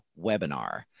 webinar